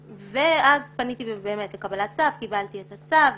פניתי לקבלת צו וקיבלתי את הצו.